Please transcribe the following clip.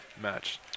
match